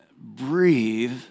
breathe